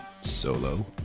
solo